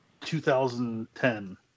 2010